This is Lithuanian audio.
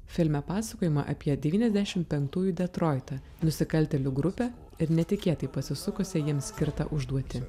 filme pasakojama apie devyniasdešimt penktųjų detroitą nusikaltėlių grupę ir netikėtai pasisukusią jiems skirtą užduotį